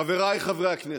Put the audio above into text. חבריי חברי הכנסת,